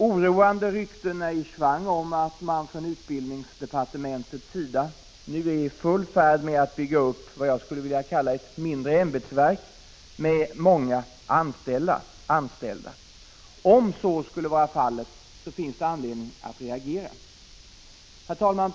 Oroande rykten är i svang om att man i utbildningsdepartementet är i full färd med att bygga upp vad jag skulle vilja kalla ett mindre ämbetsverk med många anställda. Om så skulle vara fallet finns det anledning att reagera.